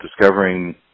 discovering